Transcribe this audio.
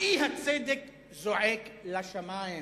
האי-צדק זועק לשמים,